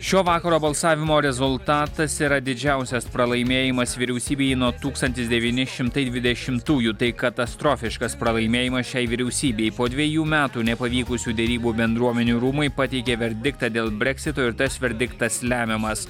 šio vakaro balsavimo rezultatas yra didžiausias pralaimėjimas vyriausybei nuo tūkstantis devyni šimtai dvidešimtųjų tai katastrofiškas pralaimėjimas šiai vyriausybei po dvejų metų nepavykusių derybų bendruomenių rūmai pateikė verdiktą dėl breksito ir tas verdiktas lemiamas